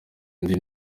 undi